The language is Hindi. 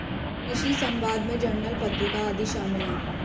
कृषि समवाद में जर्नल पत्रिका आदि शामिल हैं